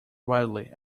wildly